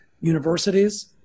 universities